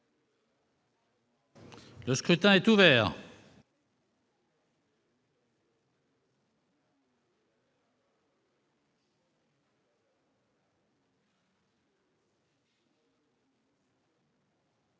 Le scrutin est ouvert.